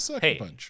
Hey